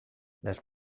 las